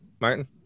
Martin